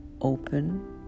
open